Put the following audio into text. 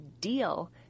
deal